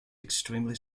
extremely